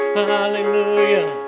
hallelujah